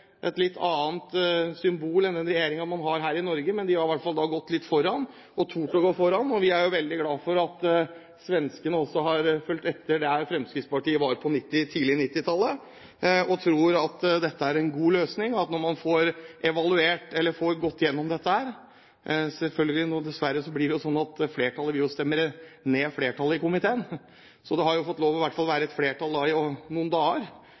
et litt annet symbol enn den regjeringen man har her i Norge. Men de har da i hvert fall gått litt foran, og de har tort å gå foran. Vi er veldig glad for at svenskene også har fulgt etter der hvor Fremskrittspartiet var tidlig på 1990-tallet, og tror at det er en god løsning. Selvfølgelig blir det dessverre slik at flertallet i salen vil stemme ned flertallet i komiteen – men det har jo fått lov å være et flertall i noen dager